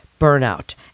burnout